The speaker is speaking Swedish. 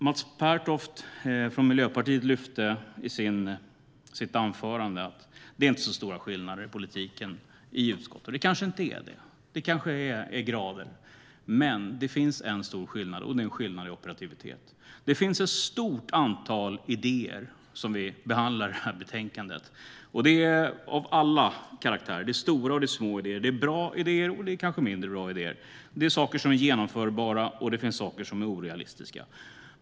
Mats Pertoft från Miljöpartiet lyfte i sitt anförande upp att det inte är så stora skillnader i utskottet när det gäller politiken. Det kanske det inte är. Det kanske handlar om grader. Men det finns en stor skillnad, och det är en skillnad i operativitet. I det här betänkandet behandlas ett stort antal idéer av alla karaktärer. Det är stora och små idéer. Det är bra idéer, och det är kanske mindre bra idéer. Det är saker som är genomförbara, och det finns saker som är orealistiska.